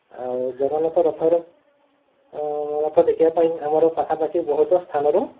ଆଉ ଜଗନ୍ନାଥ ରଥର ରଥ ଦେଖିବା ପାଇଁ ଆମର ପାଖାପାଖି ବହୁତ ସ୍ଥାନରୁ